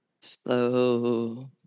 slow